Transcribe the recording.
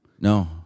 No